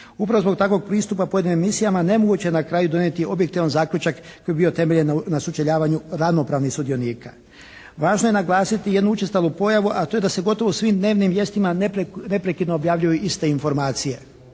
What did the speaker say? Upravo zbog takvog pristupa pojedinim emisijama nemoguće je na kraju donijeti objektivan zaključak koji bi bio temeljen na sučeljavanju ravnopravnih sudionika. Važno je naglasiti jednu učestalu pojavu, a to je da se gotovo u svim dnevnim vijestima neprekidno objavljuju isto informacije,